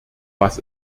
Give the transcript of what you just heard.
was